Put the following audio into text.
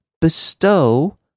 bestow